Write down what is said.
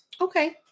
Okay